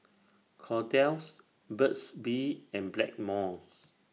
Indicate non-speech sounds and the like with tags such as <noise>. Kordel's Burt's Bee and Blackmores <noise>